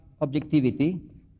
objectivity